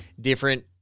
different